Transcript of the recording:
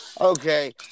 okay